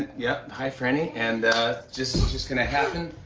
yeah, hi, franny. and just just gonna happen.